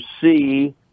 see